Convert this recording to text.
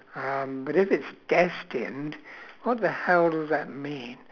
um but if it's destined what the hell does that mean